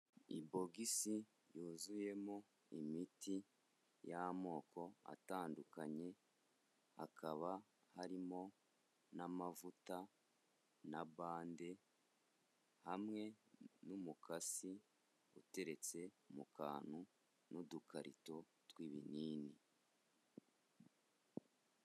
I bogisi yuzuyemo imiti y'amoko atandukanye, hakaba harimo n'amavuta na bande hamwe n'umukasi uteretse mu kantu n'udukarito tw'ibinini.